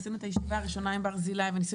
עשינו את הישיבה הראשונה עם ברזילי וניסינו